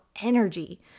energy